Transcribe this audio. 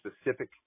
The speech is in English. specific